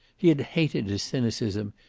he had hated his cynicism,